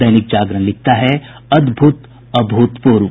दैनिक जागरण लिखता है अद्भूत अभूतपूर्व